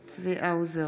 האוזר,